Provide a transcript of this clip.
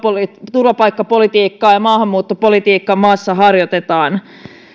turvapaikkapolitiikkaa ja maahanmuuttopolitiikkaa maassa harjoitetaan